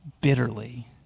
bitterly